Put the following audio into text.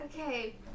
Okay